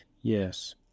Yes